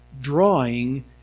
drawing